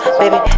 baby